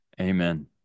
amen